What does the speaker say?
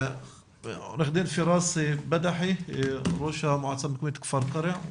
עו"ד פיראס בדחי ראש המועצה המקומית כפר קרע.